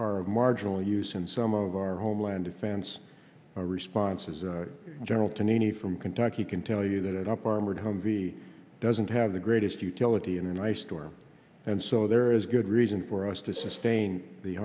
of marginal use in some of our homeland defense our responses in general to need from kentucky can tell you that up armored humvee doesn't have the greatest utility in an ice storm and so there is good reason for us to sustain the